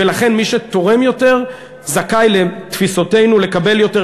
ולכן מי שתורם יותר זכאי, לתפיסתנו, לקבל יותר.